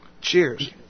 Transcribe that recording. cheers